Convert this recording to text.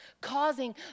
causing